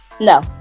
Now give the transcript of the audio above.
No